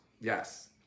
Yes